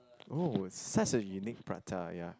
oh such a unique prata ya